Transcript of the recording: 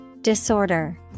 Disorder